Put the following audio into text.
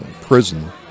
prison